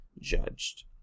judged